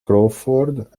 crawford